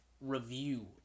review